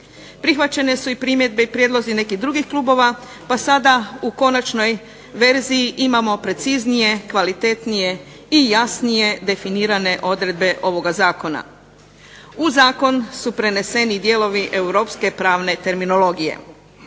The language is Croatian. Prihvaćeni su primjedbe i prijedlozi nekih drugih klubova pa sada u konačnoj verziji imamo preciznije, kvalitetnije i jasnije definirane odredbe ovoga zakona. U zakon su preneseni i dijelovi europske pravne terminologije.